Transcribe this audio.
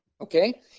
okay